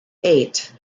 eight